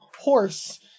Horse